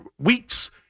weeks